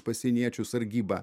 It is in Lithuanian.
pasieniečių sargyba